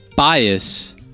Bias